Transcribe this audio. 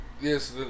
Yes